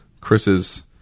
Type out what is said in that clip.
Chris's